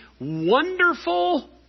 wonderful